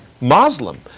Muslim